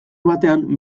batean